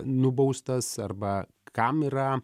nubaustas arba kam yra